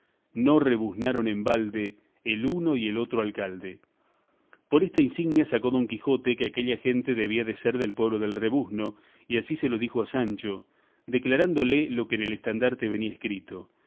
no rebuznaron en balde el uno y el otro alcalde por esta insignia sacó don quijote que aquella gente debía de ser del pueblo del rebuzno y así se lo dijo a sancho declarándole lo que en el estandarte venía escrito